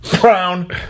brown